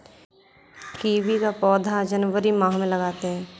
kiwi का पौधा जनवरी माह में लगाते हैं